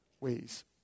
ways